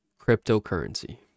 cryptocurrency